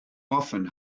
often